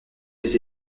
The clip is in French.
ses